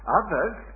others